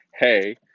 hey